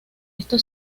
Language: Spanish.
esto